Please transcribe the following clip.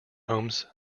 homes